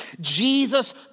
Jesus